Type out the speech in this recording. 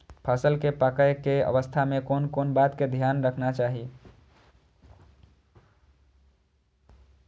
फसल के पाकैय के अवस्था में कोन कोन बात के ध्यान रखना चाही?